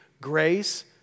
Grace